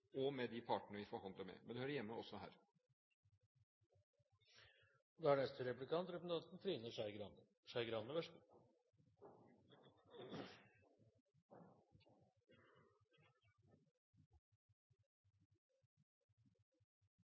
og med de partene vi forhandler med. Men det hører hjemme også